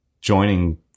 joining